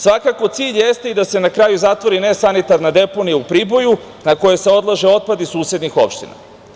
Svakako cilj jeste da se na kraju i zatvori nesanitarna deponija u Priboju na koju se odlaže otpad susednih opština.